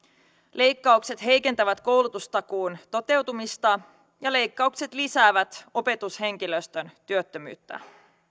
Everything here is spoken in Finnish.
leikkaukset heikentävät koulutustakuun toteutumista ja leikkaukset lisäävät opetushenkilöstön työttömyyttä